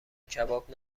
کباب